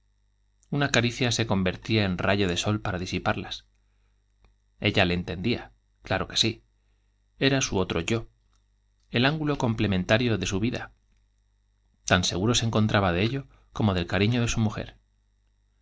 una caricia se convertía en rayo de sol para disiparlas ella le entendía claro que sí i era su otro yo el ángulo complementario de vida encontraba de ello como del su i tan seguro se cariño de mujer